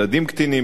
ילדים קטינים,